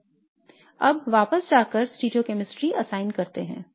अब वापस जाकर स्टीरियोकैमिस्ट्री असाइन करते हैं